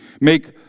Make